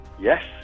yes